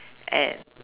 at